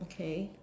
okay